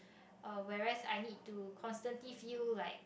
uh whereas I need to constantly feel like a